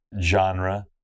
genre